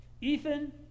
Ethan